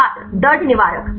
छात्र दर्द निवारक